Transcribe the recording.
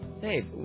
Hey